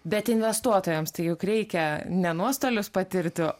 bet investuotojams tai juk reikia ne nuostolius patirti